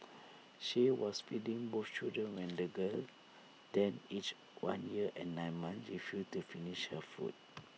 she was feeding both children when the girl then aged one year and nine months refused to finish her food